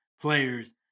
players